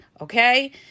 okay